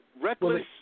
reckless